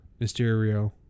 Mysterio